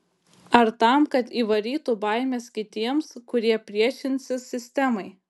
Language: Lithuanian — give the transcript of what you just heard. ar tam kad įvarytų baimės kitiems kurie priešinsis sistemai